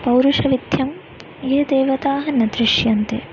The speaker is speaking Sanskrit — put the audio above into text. पौरुषविध्यं ये देवताः न दृश्यन्ते